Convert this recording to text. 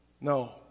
No